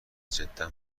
جدا